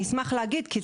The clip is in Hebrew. אנחנו